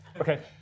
Okay